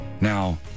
Now